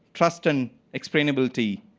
trust and explainability